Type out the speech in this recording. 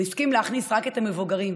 הוא הסכים להכניס רק את המבוגרים,